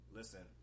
listen